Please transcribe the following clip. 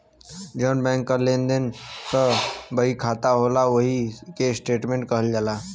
जौन बैंक क लेन देन क बहिखाता होला ओही के स्टेट्मेंट कहल जाला